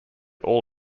all